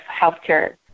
healthcare